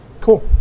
Cool